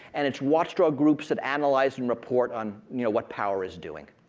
and it's watchdog groups that analyze and report on you know what power is doing.